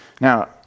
Now